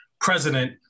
president